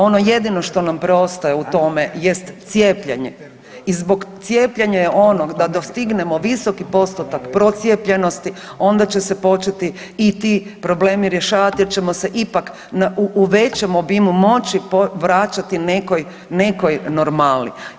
Ono jedino što nam preostaje u tome jest cijepljenje i zbog cijepljenja i onog dostignemo visoki postotak procijepljenosti onda će se početi i ti problemi rješavati jer ćemo se ipak u većem obimu moći vraćati nekoj, nekoj normali.